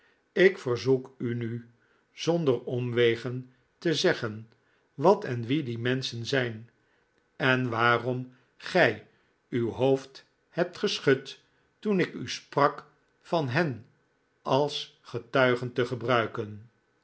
ik verzoek u nu zonder omwegen te zeggen wat en wie die menschen zijn en waarom gij uw hoofd hebt geschud toen ik u sprak van hen als getuigen te gebruiken